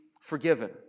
forgiven